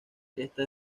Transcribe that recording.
esta